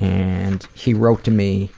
and he wrote to me